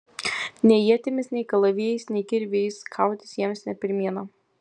nei ietimis nei kalavijais nei kirviais kautis jiems ne pirmiena